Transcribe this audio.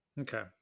okay